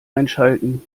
einschalten